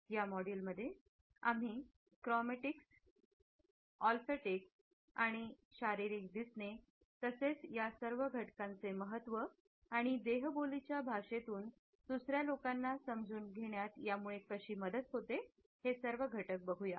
या मॉड्यूलमध्ये आम्ही क्रोमेटिक्स ओल्फॅक्टिक्स तसेच शारीरिक दिसणे या सर्व घटकांच्या महत्व देहबोलीचा भाषेतून दुसऱ्या लोकांना समजून घेण्यात यामुळे कशी मदत होते ते हे बघू या